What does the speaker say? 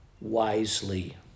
wisely